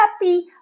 happy